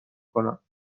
کنم